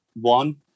one